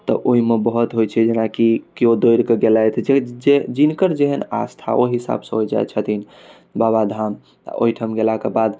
तऽ ओहिमे बहुत होइ छै जेनाकि केओ दौड़ि कऽ गेलथि जिनकर जेहन आस्था ओहि हिसाबसँ ओ जाइ छथिन बाबाधाम ओहिठाम गेला के बाद